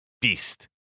beast